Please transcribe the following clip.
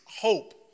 hope